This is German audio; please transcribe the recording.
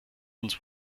uns